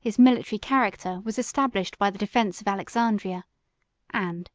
his military character was established by the defence of alexandria and,